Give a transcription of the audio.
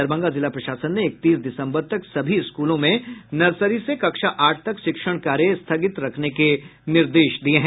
दरभंगा जिला प्रशासन ने इकतीस दिसम्बर तक सभी स्कूलों में नर्सरी से कक्षा आठ तक शिक्षण कार्य स्थगित रखने के निर्देश दिये हैं